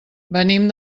venim